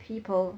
people